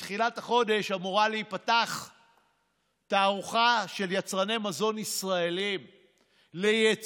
בתחילת החודש אמורה להיפתח תערוכה של יצרני מזון ישראלים ליצוא.